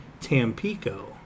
Tampico